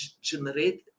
generate